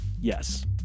Yes